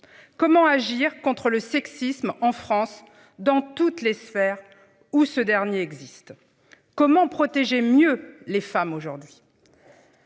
Comment agir contre le sexisme en France dans toutes les sphères où ce dernier existe. Comment protéger mieux les femmes aujourd'hui.